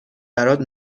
برات